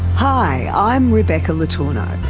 hi, i'm rebecca le tourneau.